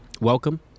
welcome